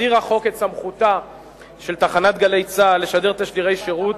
הסדיר החוק את סמכותה של תחנת "גלי צה"ל" לשדר תשדירי שירות